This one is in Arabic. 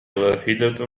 واحدة